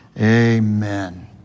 Amen